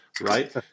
right